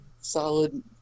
solid